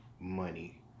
money